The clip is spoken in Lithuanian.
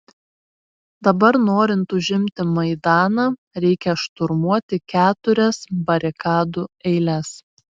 dabar norint užimti maidaną reikia šturmuoti keturias barikadų eiles